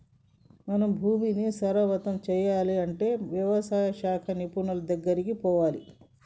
మన భూమిని సారవంతం చేయాలి అంటే వ్యవసాయ శాస్త్ర నిపుణుడి దెగ్గరికి పోవాలి